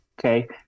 Okay